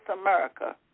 America